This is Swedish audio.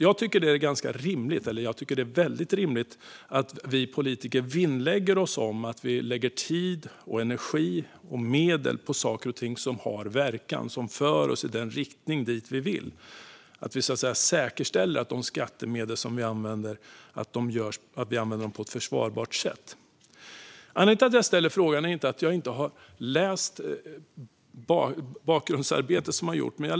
Jag tycker att det är väldigt rimligt att vi politiker vinnlägger oss om att lägga tid, energi och medel på sådant som har en verkan och som för oss i den riktning vi vill och att vi säkerställer att skattemedel används på ett försvarbart sätt.